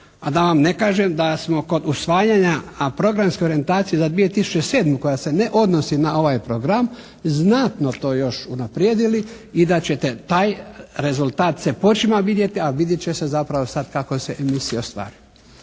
A da vam ne kažem da smo kod usvajanja a programske orijentacije za 2007. koja se ne odnosi na ovaj program, znatno to još unaprijedili i da ćete taj rezultat se počima vidjeti a vidjet će se zapravo sad kako se emisije ostvare.